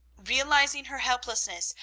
realising her helplessness,